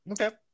Okay